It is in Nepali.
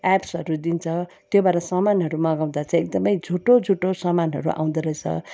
एप्सहरू दिन्छ त्योबाट सामानहरू मगाउँदा चाहिँ एकदमै झुटो झुटो सामानहरू आउँदो रहेछ